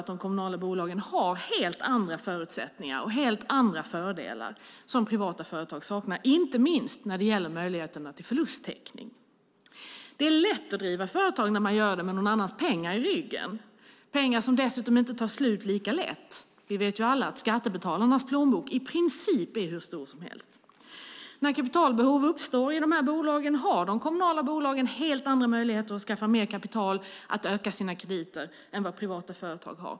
De kommunala bolagen har nämligen förutsättningar och fördelar som privata företag saknar, inte minst när det gäller möjligheterna till förlusttäckning. Det är lätt att driva företag när man gör det med någon annans pengar i ryggen. Det är pengar som dessutom inte tar slut lika lätt. Vi vet ju alla att skattebetalarnas plånbok i princip är hur stor som helst. När kapitalbehov uppstår har de kommunala bolagen helt andra möjligheter att skaffa mer kapital och öka sina krediter än vad privata företag har.